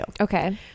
Okay